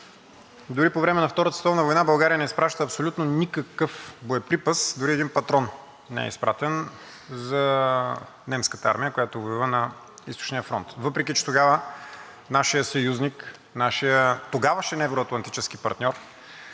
дори по време на Втората световна война България не изпраща абсолютно никакъв боеприпас, дори един патрон не е изпратен за немската армия, която воюва на Източния фронт, въпреки че тогава нашият съюзник, нашият тогавашен евро-атлантически партньор